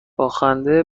باخنده